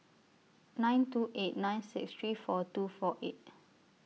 nine two eight nine six three four two four eight